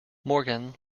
morgan